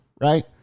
right